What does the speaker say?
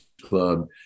club